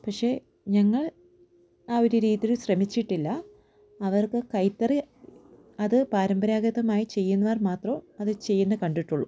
പഷെ ഞങ്ങൾ ആ ഒരു രീതിയിൽ ശ്രമിച്ചിട്ടില്ല അവർക്ക് കൈത്തറി അതു പരമ്പരാഗതമായി ചെയ്യുന്നവർ മാത്രം അതു ചെയ്യുന്ന കണ്ടിട്ടുള്ളു